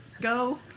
Go